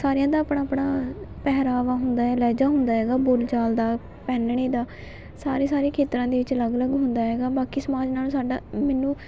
ਸਾਰਿਆਂ ਦਾ ਆਪਣਾ ਆਪਣਾ ਪਹਿਰਾਵਾ ਹੁੰਦਾ ਏ ਲਹਿਜਾ ਹੁੰਦਾ ਹੈਗਾ ਬੋਲਚਾਲ ਦਾ ਪਹਿਨਣੇ ਦਾ ਸਾਰੇ ਸਾਰੇ ਖੇਤਰਾਂ ਦੇ ਵਿੱਚ ਅਲੱਗ ਅਲੱਗ ਹੁੰਦਾ ਹੈਗਾ ਬਾਕੀ ਸਮਾਜ ਨਾਲੋਂ ਸਾਡਾ ਮੈਨੂੰ